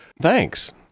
Thanks